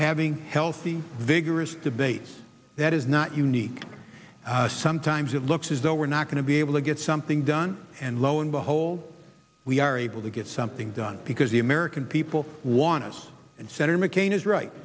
having healthy vigorous debates that is not unique sometimes it looks as though we're not going to be able to get something done and lo and behold we are able to get something done because the american people want us and senator mccain is right